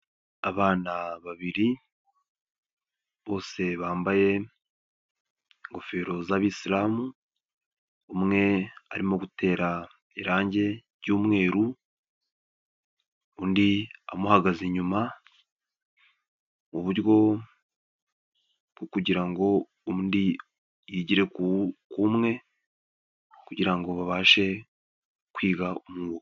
Abana babiri bose bambaye ingofero z'abisilamu, umwe arimo gutera irangi ry'umweru, undi amuhagaze inyuma, mu buryo bwo kugira ngo undi yigire ku umwe kugira ngo babashe kwiga umwuga